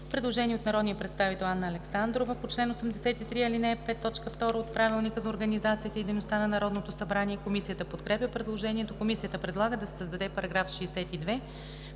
Предложение от народния представител Анна Александрова по чл. 83, ал. 5, т. 2 от Правилника за организацията и дейността на Народното събрание. Комисията подкрепя предложението. Комисията предлага да се създаде § 62: „§ 62.